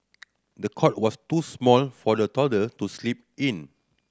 the cot was too small for the toddler to sleep in